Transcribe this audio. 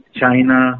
China